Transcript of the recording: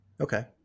Okay